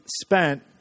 spent